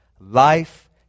Life